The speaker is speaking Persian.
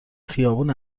خیابون